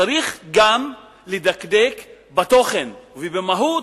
צריך גם לדקדק בתוכן ובמהות,